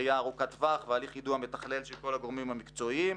ראייה ארוכת טווח והליך יידוע מתכלל של כל הגורמים המקצועיים.